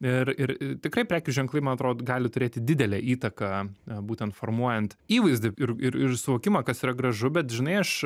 ir ir tikrai prekių ženklai man atrodo gali turėti didelę įtaką būtent formuojant įvaizdį ir ir suvokimą kas yra gražu bet žinai aš